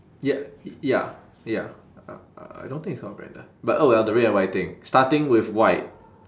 ya y~ ya ya uh I don't think it's but oh well the red and white thing starting with white